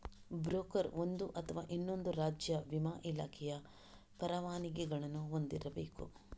broker ಒಂದು ಅಥವಾ ಇನ್ನೊಂದು ರಾಜ್ಯ ವಿಮಾ ಇಲಾಖೆಯ ಪರವಾನಗಿಗಳನ್ನು ಹೊಂದಿರಬೇಕು